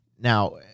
Now